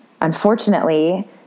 unfortunately